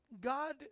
God